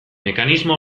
mekanismo